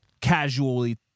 casually